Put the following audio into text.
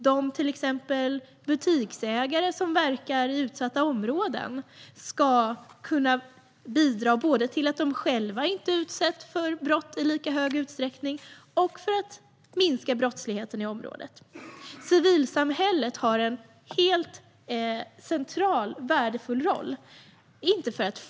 De butiksägare som verkar i utsatta områden ska kunna bidra till att de själva inte utsätts för brott i lika stor utsträckning och till att minska brottsligheten i området. Civilsamhället har en helt central och värdefull roll.